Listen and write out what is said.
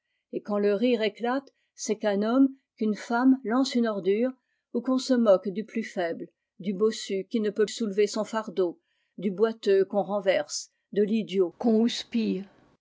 et quand le rire éclate c'est qu'un homme qu'une femme lance une ordure ou qu'on se moque du plus faible du bossu qui ne peut soulever son fardeau du boiteux qu'on renverse de tidiot